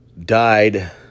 died